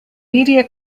media